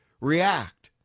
react